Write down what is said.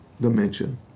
dimension